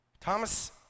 Thomas